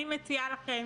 אני מציעה לכם